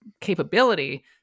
capability